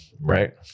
Right